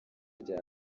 rya